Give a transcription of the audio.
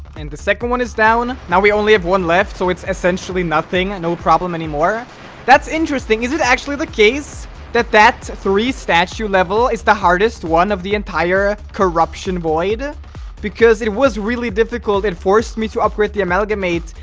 and the second one is down now, we only have one left, so it's essentially nothing no problem anymore that's interesting is it actually the case that that three statue level is the hardest one of the entire corruption void because it was really difficult and forced me to upgrade the amalgamate,